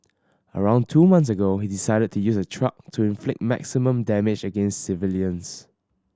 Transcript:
around two months ago he decided to use a truck to inflict maximum damage against civilians